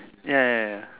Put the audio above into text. ya ya ya ya